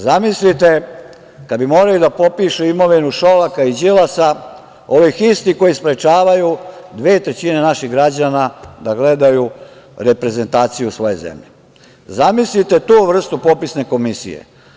Zamislite kad bi morali da popišu imovinu Šolaka i Đilasa, ovih istih koji sprečavaju dve trećine naših građana da gledaju reprezentaciju svoje zemlje, zamislite tu vrstu popisne komisije!